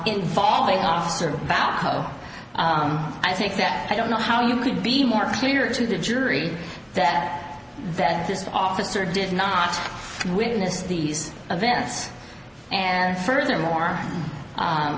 involving officer apo i think that i don't know how you could be more clear to the jury that this officer did not witness these events and furthermore